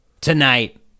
Tonight